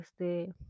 este